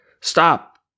Stop